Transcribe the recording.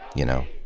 you know.